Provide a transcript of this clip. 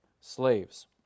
slaves